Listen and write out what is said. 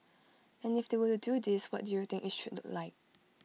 and if they were to do this what do you think IT should look like